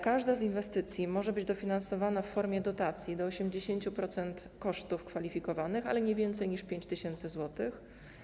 Każda z inwestycji może być dofinansowana w formie dotacji do 80% kosztów kwalifikowanych, ale nie więcej niż 5 tys. zł.